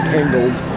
Tangled